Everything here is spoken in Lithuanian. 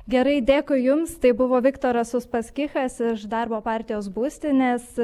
gerai dėkui jums tai buvo viktoras uspaskichas iš darbo partijos būstinės